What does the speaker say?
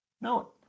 No